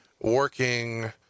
working